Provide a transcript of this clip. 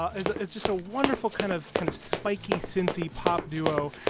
ah is is just a wonderful kind of kind of spiky, synthy pop duo.